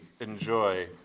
enjoy